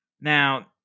Now